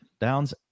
downs